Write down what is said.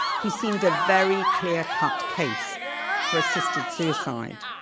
he seemed a very clear cut case for assisted suicide.